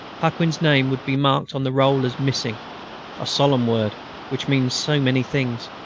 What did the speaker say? paquin's name would be marked on the roll as missing a solemn word which means so many things,